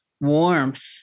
warmth